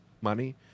money